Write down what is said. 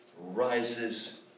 rises